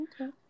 Okay